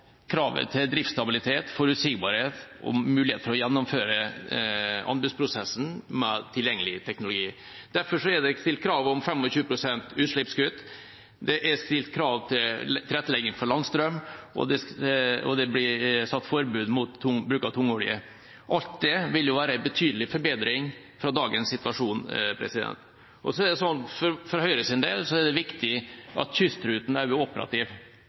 kravet til reduserte utslipp og kravet til driftsstabilitet, forutsigbarhet og mulighet for å gjennomføre anbudsprosessen med tilgjengelig teknologi. Derfor er det stilt krav om 25 pst. utslippskutt, krav til tilrettelegging for landstrøm og forbud mot bruk av tungolje. Alt det vil være en betydelig forbedring fra dagens situasjon. For Høyres del er det viktig at kystruten er operativ,